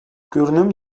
görünüm